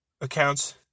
accounts